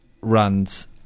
runs